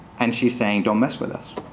and she's saying don't mess with us.